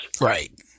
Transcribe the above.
Right